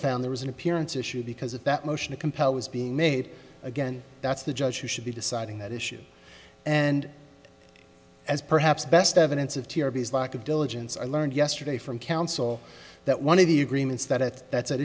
found there was an appearance issue because if that motion to compel was being made again that's the judge who should be deciding that issue and as perhaps best evidence of therapy is lack of diligence i learned yesterday from counsel that one of the agreements that it that's a